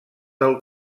del